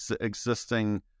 existing